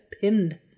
pinned